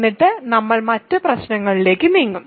എന്നിട്ട് നമ്മൾ മറ്റ് പ്രശ്നങ്ങളിലേക്ക് നീങ്ങും